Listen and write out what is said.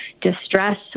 distress